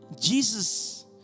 Jesus